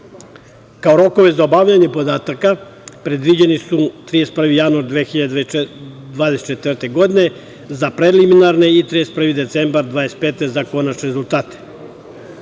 Kao rokovi za obavljanje podataka predviđeni su 31. januar 2024. godine za preliminarne i 31. decembar 2025. godine za